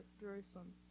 Jerusalem